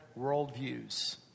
worldviews